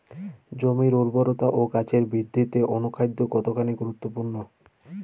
জমির উর্বরতা ও গাছের বৃদ্ধিতে অনুখাদ্য কতখানি গুরুত্বপূর্ণ?